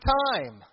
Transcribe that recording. time